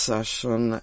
Session